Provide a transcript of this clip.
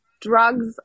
drugs